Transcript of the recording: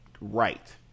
right